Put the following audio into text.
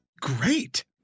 great